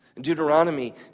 Deuteronomy